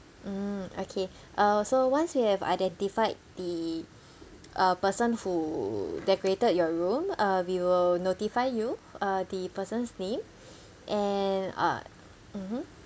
mm okay uh so once we have identified the uh person who decorated your room uh we will notify you uh the person's name and uh mmhmm